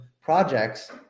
projects